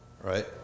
Right